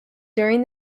during